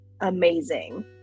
amazing